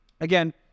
again